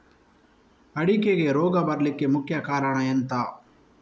ಅಡಿಕೆಗೆ ರೋಗ ಬರ್ಲಿಕ್ಕೆ ಮುಖ್ಯ ಕಾರಣ ಎಂಥ?